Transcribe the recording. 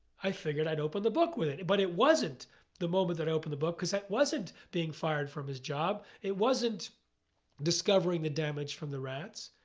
i figured i'd open the book with it. but it wasn't the moment that opened the book because that wasn't being fired from his job. it wasn't discovering the damage from the rats.